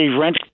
rent